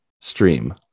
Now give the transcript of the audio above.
Stream